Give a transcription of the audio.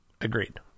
Agreed